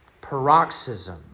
paroxysm